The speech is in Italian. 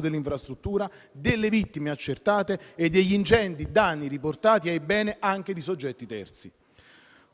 dell'infrastruttura, delle vittime accertate e degli ingenti danni riportati ai beni anche di soggetti terzi.